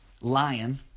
Lion